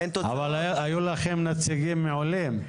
אבל אין --- אבל היו לכם נציגים מעולים.